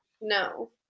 No